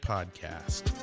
Podcast